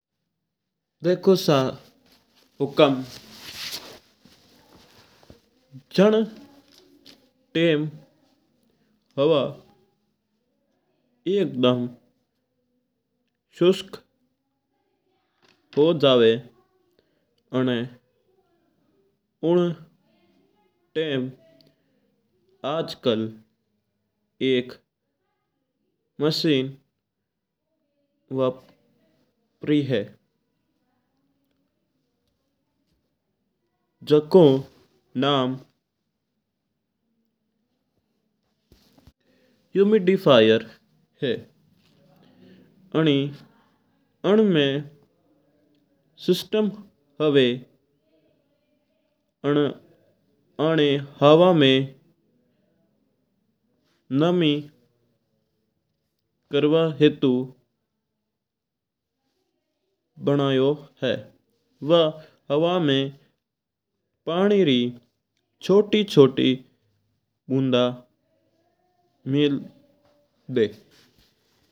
देखो सा हुकम जण टाइम ह्वा एकदम सुस्त हो जा वा उन टाइम आज कल एक मशीनी वापरई है। जको नाम ह्यूमिडीफायर है। अनमा सिस्टम हुवा आनी हवा में नमी करवा हातू वनायो है। वा हवा में पानी री छोटी छोटी बुंदा मेल दीवा है।